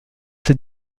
ces